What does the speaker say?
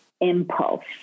impulse